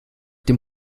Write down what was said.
dem